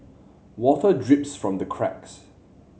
water drips from the cracks